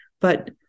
But-